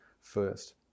first